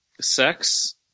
sex